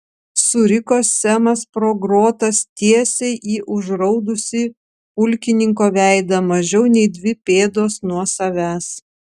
suriko semas pro grotas tiesiai į užraudusį pulkininko veidą mažiau nei dvi pėdos nuo savęs